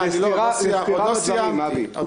זו סתירה לדברים, אבי.